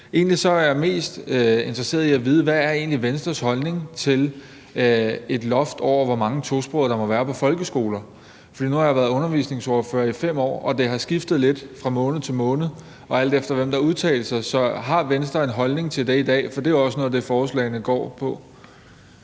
egentlig mest interesseret i at få at vide, hvad Venstres holdning er til et loft over, hvor mange tosprogede der må være på en folkeskole. Nu har jeg været undervisningsordfører i 5 år, og det har skiftet lidt måned for måned, og alt efter hvem der udtalte sig. Så har Venstre en holdning til det i dag? Det er også noget af det, forslaget går på.